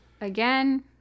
again